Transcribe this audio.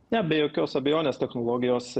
ne be jokios abejonės technologijos